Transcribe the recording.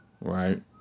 right